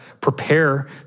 prepare